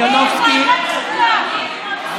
מלינובסקי, לוועדת החוקה.